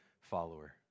follower